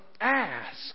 ask